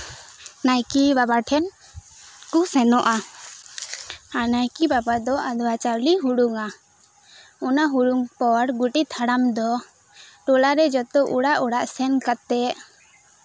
ᱱᱟᱭᱠᱮ ᱵᱟᱵᱟ ᱴᱷᱮᱱ ᱠᱚ ᱥᱮᱱᱚᱜᱼᱟ ᱟᱨ ᱱᱟᱭᱠᱮ ᱵᱟᱵᱟ ᱫᱚ ᱟᱫᱽᱣᱟ ᱪᱟᱣᱞᱮ ᱦᱩᱲᱩᱝᱼᱟ ᱚᱱᱟ ᱦᱩᱲᱩᱝ ᱯᱚᱨ ᱜᱚᱰᱮᱛ ᱦᱟᱲᱟᱢ ᱫᱚ ᱴᱚᱞᱟ ᱨᱮ ᱡᱚᱛᱚ ᱚᱲᱟᱜ ᱚᱲᱟᱜ ᱥᱮᱱ ᱠᱟᱛᱮᱫ